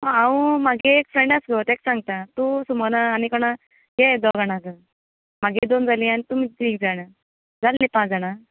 हांव मागे एक फ्रॅंड आसा गो तेका सांगतां तूं सुमनाक आनी कोणा घे दोग जाणांक म्हागे दोन जालीं आनी तुमी तीग जाणा जालीं न्ही पाच जाणां